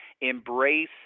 embrace